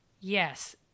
yes